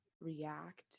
react